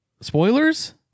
Spoilers